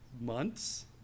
months